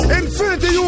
infinity